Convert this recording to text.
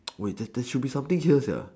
wait that should be something here